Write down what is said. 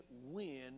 win